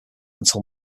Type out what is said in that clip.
until